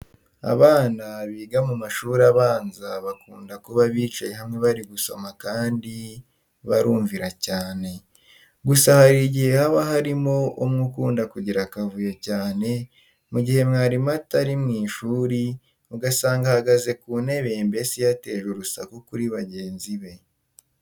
Abana biga mu mashuri abanza bakunda kuba bicaye hamwe bari gusoma kandi barumvira cyane. Gusa hari igihe haba harimo umwe ukunda kugira akavuyo cyane, mu gihe mwarimu atari mu ishuri ugasanga ahagaze ku ntebe, mbese yateje urusaku kuri bagenzi be.